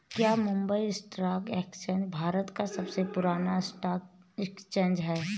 क्या Mumbai stock exchange Bharat का सबसे पुराना स्टॉक एक्सचेंज है?